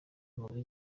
mugore